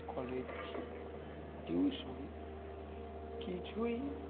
college tuition কিছুই